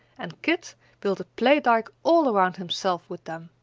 and kit built a play dyke all around himself with them,